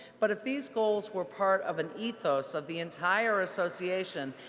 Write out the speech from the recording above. but if these goals were part of an ethos of the entire association,